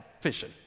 fishing